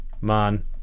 man